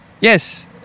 Yes